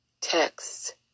text